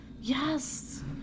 yes